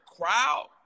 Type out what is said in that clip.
crowd